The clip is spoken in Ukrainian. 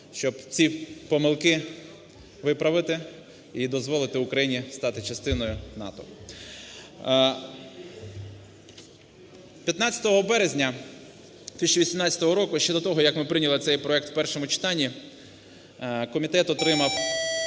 щоб ці помилки виправити і дозволити Україні стати частиною НАТО. 15 березня 2018, ще до того, як ми прийняли цей проект в першому читанні, комітет отримав